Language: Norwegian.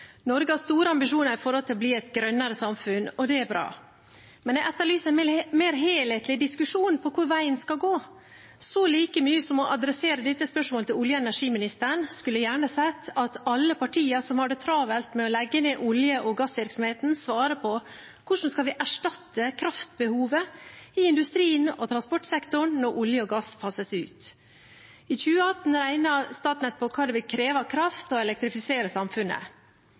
Norge har store ambisjoner når det gjelder å bli et grønnere samfunn, og det er bra. Men jeg etterlyser en mer helhetlig diskusjon om hvor veien skal gå. Så like mye som å adressere dette spørsmålet til olje- og energiministeren, skulle jeg gjerne ha sett at alle partier som har det travelt med å legge ned olje- og gassvirksomheten, svarer på: Hvordan skal vi erstatte kraftbehovet i industri- og transportsektoren når olje og gass fases ut? I 2018 regnet Statnett på hva det vil kreve av kraft å elektrifisere samfunnet.